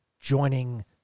joining